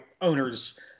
owners